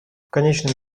конечном